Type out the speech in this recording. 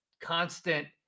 constant